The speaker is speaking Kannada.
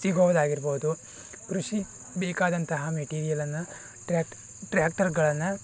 ಸಿಗೋದಾಗಿರ್ಬೋದು ಕೃಷಿ ಬೇಕಾದಂತಹ ಮೆಟೀರಿಯಲ್ಲನ್ನು ಟ್ರಕ್ ಟ್ರಾಕ್ಟಾರ್ಗಳನ್ನ